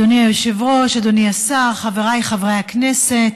אדוני היושב-ראש, אדוני השר, חבריי חברי הכנסת,